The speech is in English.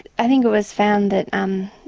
i think it was found that um